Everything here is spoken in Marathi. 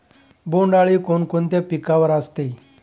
बोंडअळी कोणकोणत्या पिकावर असते?